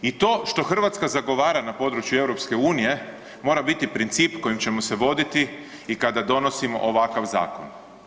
I to što Hrvatska zagovara na području EU mora biti princip kojim ćemo se voditi i kada donosimo ovakav zakon.